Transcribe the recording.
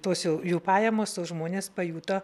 tos jau jų pajamos o žmonės pajuto